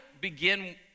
begin